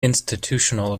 institutional